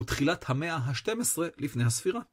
ותחילת המאה ה-12 לפני הספירה.